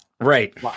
right